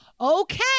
okay